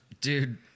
dude